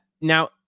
Now